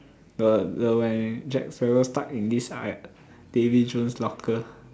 the the when Jack Sparrow stuck in this Davy Jones's locker